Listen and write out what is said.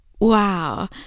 wow